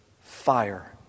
FIRE